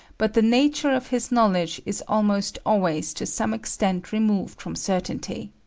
but the nature of his knowledge is almost always to some extent removed from certainty.